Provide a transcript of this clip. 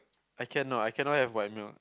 I cannot I cannot have white milk